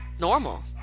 normal